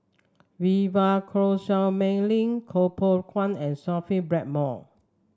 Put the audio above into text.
Vivien Quahe Seah Mei Lin Koh Poh Koon and Sophia Blackmore